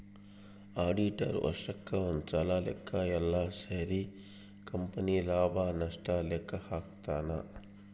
auditor ವರ್ಷಕ್ ಒಂದ್ಸಲ ಲೆಕ್ಕ ಯೆಲ್ಲ ಸೇರಿ ಕಂಪನಿ ಲಾಭ ನಷ್ಟ ಲೆಕ್ಕ ಹಾಕ್ತಾನ